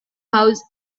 house